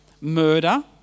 murder